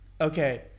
Okay